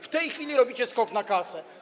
W tej chwili robicie skok na kasę.